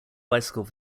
bicycle